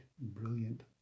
brilliant